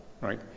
right